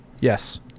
Yes